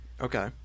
Okay